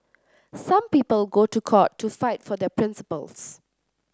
some people go to court to fight for their principles